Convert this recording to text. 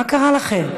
מה קרה לכם?